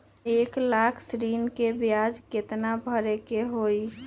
एक लाख ऋन के ब्याज केतना भरे के होई?